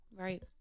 Right